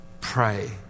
pray